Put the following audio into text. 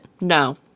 no